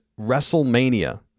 WrestleMania